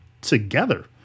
together